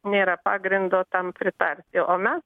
nėra pagrindo tam pritarti o mes dar